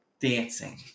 dancing